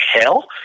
hell